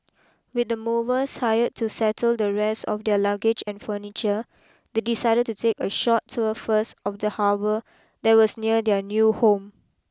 with the movers hired to settle the rest of their luggage and furniture they decided to take a short tour first of the harbour that was near their new home